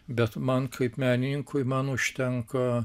bet man kaip menininkui man užtenka